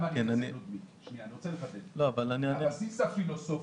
הבסיס הפילוסופי,